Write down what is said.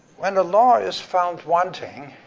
when a law is found wanting,